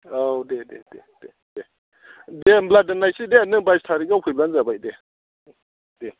औ दे दे दे दे होनब्ला दोननोसै दे नों बाइस थारिगाव फैब्लानो जाबाय दे दे दे